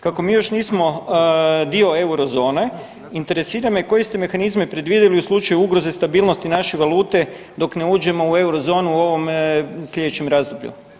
Kako mi još nismo dio eurozone interesira me koje ste mehanizme predvidjeli u slučaju ugroze stabilnosti naše valute dok ne uđemo u eurozonu u ovom slijedećem razdoblju?